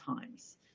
times